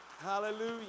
Hallelujah